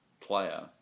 player